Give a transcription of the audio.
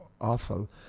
awful